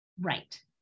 Right